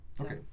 Okay